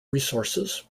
resources